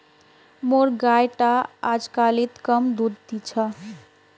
मोर गाय टा अजकालित कम दूध दी छ